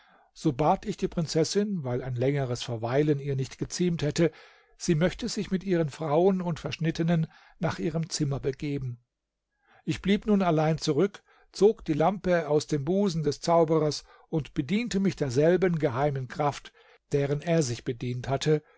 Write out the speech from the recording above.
so bat ich die prinzessin weil ein längeres verweilen ihr nicht geziemt hätte sie möchte sich mit ihren frauen und verschnittenen nach ihrem zimmer begeben ich blieb nun allein zurück zog die lampe aus dem busen des zauberers und bediente mich derselben geheimen kraft deren er sich bedient hatte